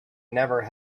never